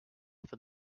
for